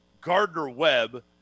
Gardner-Webb